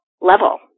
level